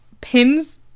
pins